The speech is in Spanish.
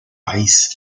país